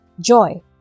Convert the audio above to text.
Joy